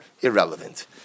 irrelevant